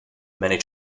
many